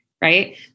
right